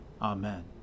Amen